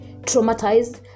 traumatized